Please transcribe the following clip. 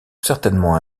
certainement